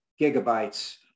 gigabytes